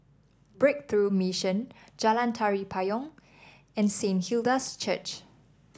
Breakthrough Mission Jalan Tari Payong and Saint Hilda's Church